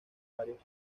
varios